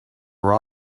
were